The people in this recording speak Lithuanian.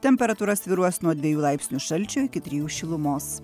temperatūra svyruos nuo dviejų laipsnių šalčio iki trijų šilumos